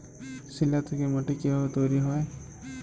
শিলা থেকে মাটি কিভাবে তৈরী হয়?